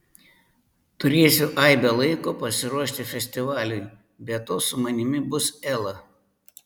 turėsiu aibę laiko pasiruošti festivaliui be to su manimi bus ela